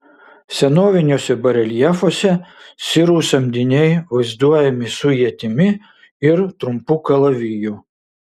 senoviniuose bareljefuose sirų samdiniai vaizduojami su ietimi ir trumpu kalaviju